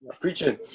Preaching